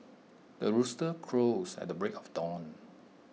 the rooster crows at the break of dawn